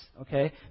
okay